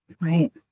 Right